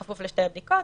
בכפוף לשתי בדיקות,